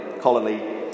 Colony